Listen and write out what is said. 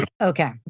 Okay